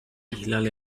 ihlal